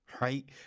right